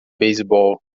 beisebol